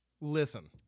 Listen